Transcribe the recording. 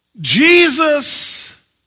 Jesus